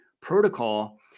protocol